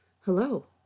Hello